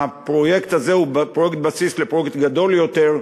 הפרויקט הזה הוא פרויקט בסיס לפרויקט גדול יותר,